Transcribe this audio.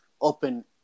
open